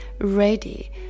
ready